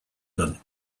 than